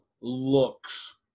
looks